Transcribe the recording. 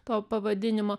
to pavadinimo